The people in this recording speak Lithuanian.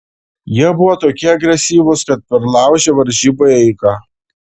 jie buvo tokie agresyvūs kad perlaužė varžybų eigą